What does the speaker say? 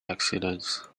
accidents